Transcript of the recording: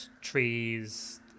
Trees